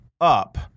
up